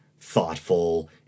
thoughtful